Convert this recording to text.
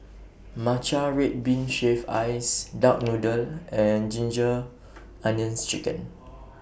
Matcha Red Bean Shaved Ice Duck Noodle and Ginger Onions Chicken